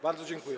Bardzo dziękuję.